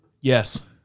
Yes